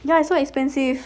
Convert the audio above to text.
ya it's so expensive